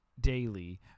daily